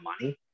money